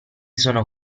sono